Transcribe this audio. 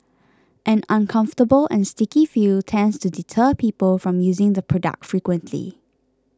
an uncomfortable and sticky feel tends to deter people from using the product frequently